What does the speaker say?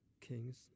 king's